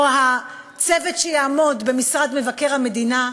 או הצוות שיעמוד במשרד מבקר המדינה,